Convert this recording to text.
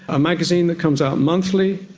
a magazine that comes out monthly,